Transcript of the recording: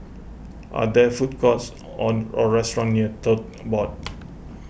are there food courts on or restaurants near Tote Board